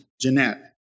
Jeanette